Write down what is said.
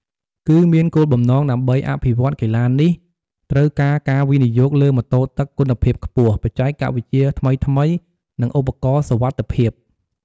គឺមានគោលបំណងដើម្បីអភិវឌ្ឍកីឡានេះ ត្រូវការការវិនិយោគលើម៉ូតូទឹកគុណភាពខ្ពស់ បច្ចេកវិទ្យាថ្មីៗ និងឧបករណ៍សុវត្ថិភាព។